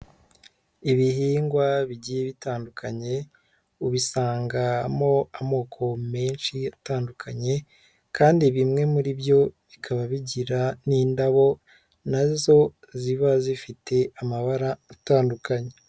Ibihingwa bigiye bitandukanye ubisangamo amoko menshi atandukanye kandi bimwe muri byo bikaba bigira n'indabo na zo ziba zifite amabara atandukanye.